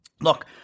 Look